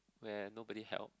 where nobody help